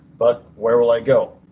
but where will i go?